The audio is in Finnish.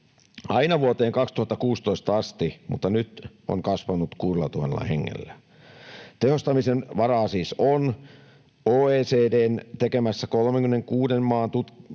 aina vuoteen 2016 asti mutta nyt on kasvanut 6 000 hengellä. Tehostamisen varaa siis on. OECD:n tekemässä 36 maan tutkimuksessa